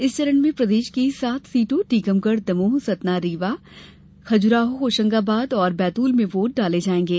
इस चरण में प्रदेश की सात सीटों टीकमगढ़ दमोह सतना रीवा खज्राहो होशंगाबाद और बैतूल में वोट डाले जायेंगे